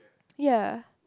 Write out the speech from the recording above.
ya